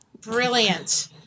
Brilliant